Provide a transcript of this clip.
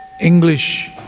English